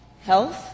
health